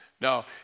No